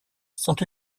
sont